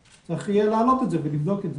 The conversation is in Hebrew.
צריך יהיה להעלות את זה ולבדוק את זה.